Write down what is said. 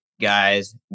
guys